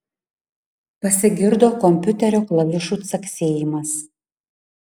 pasigirdo kompiuterio klavišų caksėjimas